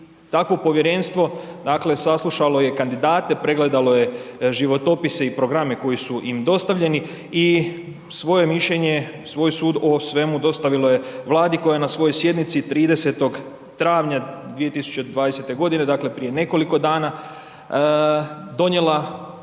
tako povjerenstvo dakle saslušalo je kandidate, pregledalo je životopise i programe koji su im dostavljeni i svoje mišljenje, svoj sud o svemu, dostavilo je Vladi koje je na svojoj sjednici 30. travnja 2020. g., dakle prije nekoliko dana, donijela